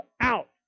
out